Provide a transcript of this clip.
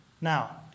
Now